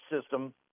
system